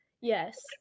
Yes